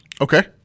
Okay